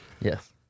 Yes